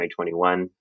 2021